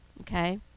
okay